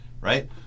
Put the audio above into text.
right